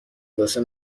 واسه